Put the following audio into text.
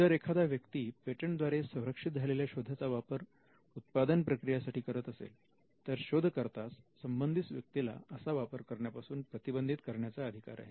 जर एखादा व्यक्ती पेटंट द्वारे संरक्षित झालेल्या शोधा चा वापर उत्पादन प्रक्रिया साठी करत असेल तर शोधकर्त्यास संबंधित व्यक्तीला असा वापर करण्यापासून प्रतिबंधित करण्याचा अधिकार आहे